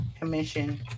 commission